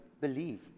believe